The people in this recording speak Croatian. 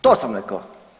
To sam rekao.